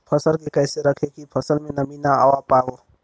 फसल के कैसे रखे की फसल में नमी ना आवा पाव?